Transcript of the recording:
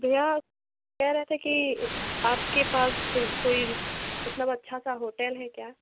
भैया कह रहें थे कि आपके पास कोई मतलब अच्छा सा होटेल है क्या